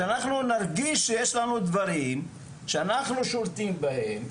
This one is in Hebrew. שאנחנו נרגיש שיש לנו דברים שאנחנו שולטים בהם,